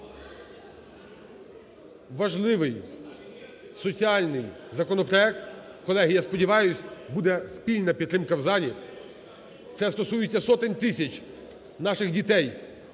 Важливий соціальний законопроект. Колеги, я сподіваюся, буде спільна підтримка в залі, це стосується сотень тисяч наших дітей,